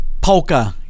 polka